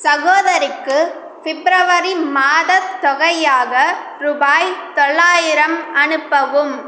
சகோதரிக்கு பிப்ரவரி மாதத் தொகையாக ரூபாய் தொள்ளாயிரம் அனுப்பவும்